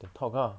then talk ah